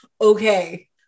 okay